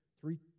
Three